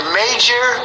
major